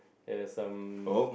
and there's some